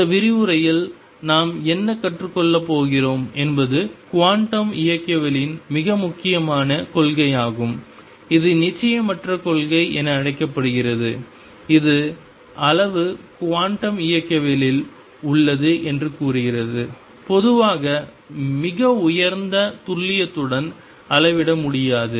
இந்த விரிவுரையில் நாம் என்ன கற்றுக் கொள்ளப் போகிறோம் என்பது குவாண்டம் இயக்கவியலின் மிக முக்கியமான கொள்கையாகும் இது நிச்சயமற்ற கொள்கை என அழைக்கப்படுகிறது இது அளவு குவாண்டம் இயக்கவியலில் உள்ளது என்று கூறுகிறது பொதுவாக மிக உயர்ந்த துல்லியத்துடன் அளவிட முடியாது